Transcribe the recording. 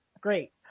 Great